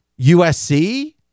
USC